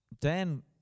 Dan